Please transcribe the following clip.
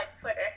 Twitter